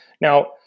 Now